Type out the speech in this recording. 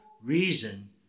reason